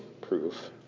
proof